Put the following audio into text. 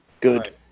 Good